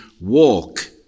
walk